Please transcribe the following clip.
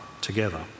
together